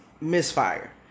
misfire